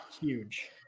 Huge